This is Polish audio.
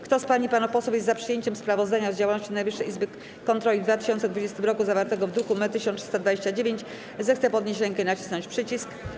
Kto z pań i panów posłów jest za przyjęciem sprawozdania z działalności Najwyższej Izby Kontroli w 2020 r. zawartego w druku nr 1329, zechce podnieść rękę i nacisnąć przycisk.